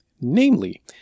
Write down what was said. Namely